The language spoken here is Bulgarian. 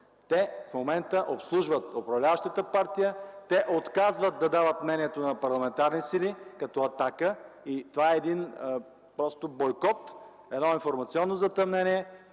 Те в момента обслужват управляващата партия и отказват да дават мнението на парламентарни сили като „Атака”. Това е просто бойкот, информационно затъмнение,